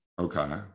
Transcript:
okay